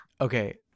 Okay